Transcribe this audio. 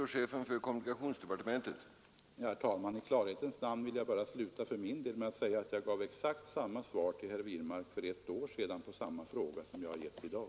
Herr talman! I klarhetens namn vill jag sluta för min del med att bara säga att jag för ett år sedan gav samma svar till herr Wirmark som jag har gett i dag.